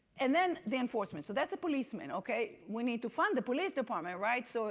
and then, the enforcement. so that's the policeman, okay? we need to fund the police department, right? so